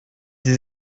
sie